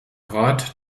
rat